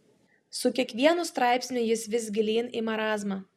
su kiekvienu straipsniu jis vis gilyn į marazmą